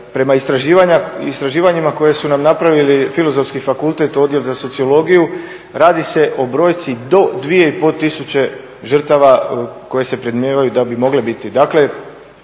prema istraživanjima koje su nam napravili Filozofski fakultet, Odjel za sociologiju, radi se o brojci do 2500 žrtava koje se predmnijevaju da bi mogle biti.